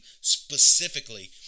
specifically